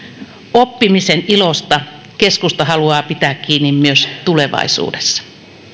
oppimisen ilosta keskusta haluaa pitää kiinni myös tulevaisuudessa